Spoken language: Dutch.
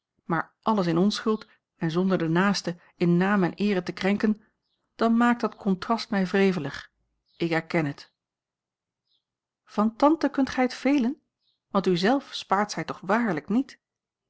maar alles in onschuld en zonder den naaste in naam en eere te krenken dan maakt dat contrast mij wrevelig ik erken het van tante kunt gij het velen want u zelf spaart zij toch waarlijk niet